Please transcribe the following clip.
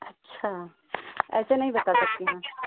अच्छा ऐसे नहीं बता सकती हैं